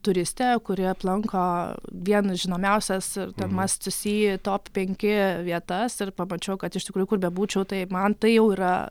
turistė kuri aplanko vienas žinomiausias ir ten mast tu sy top penki vietas ir pamačiau kad iš tikrųjų kur bebūčiau tai man tai jau yra